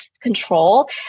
control